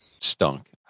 stunk